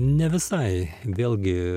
ne visai vėlgi